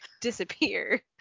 disappear